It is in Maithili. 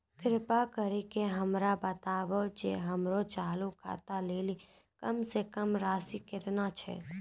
कृपा करि के हमरा बताबो जे हमरो चालू खाता लेली कम से कम राशि केतना छै?